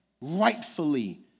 rightfully